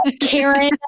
Karen